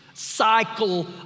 Cycle